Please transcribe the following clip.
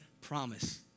promise